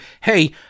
hey